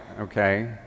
okay